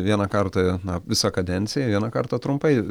vieną kartą na visą kadenciją vieną kartą trumpai